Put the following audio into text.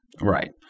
Right